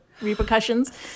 repercussions